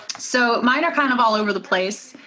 so, mine are kind of all over the place.